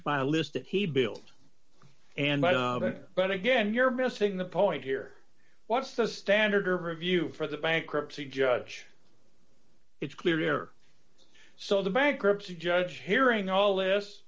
y list that he built and might but again you're missing the point here what's the standard or review for the bankruptcy judge it's clear so the bankruptcy judge hearing all